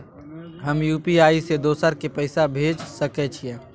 हम यु.पी.आई से दोसर के पैसा भेज सके छीयै?